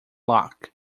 lock